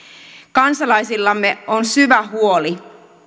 kansalaisillamme on syvä huoli